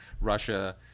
Russia